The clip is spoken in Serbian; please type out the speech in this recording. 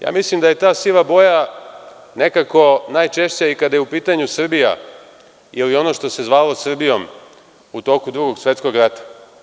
Ja mislim da je ta siva boja nekako najčešća i kada je u pitanju Srbija ili ono što se zvalo Srbijom u toku Drugog svetskog rata.